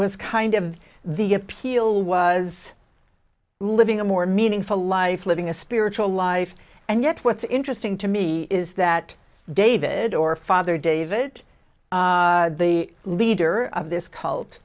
was kind of the appeal was living a more meaningful life living a spiritual life and yet what's interesting to me is that david or father david the leader of this